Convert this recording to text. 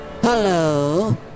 Hello